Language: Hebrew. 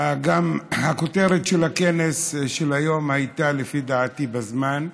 גם הכותרת של הכנס של היום הייתה לפי דעתי בזמן: